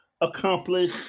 accomplish